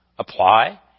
apply